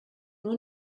nur